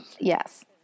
Yes